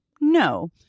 no